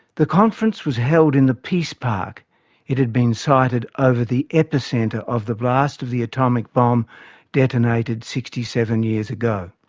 the conference was held in the peace park it had been sited over the epicentre of the blast of the atomic bomb detonated sixty seven years ago.